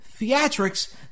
Theatrics